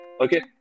Okay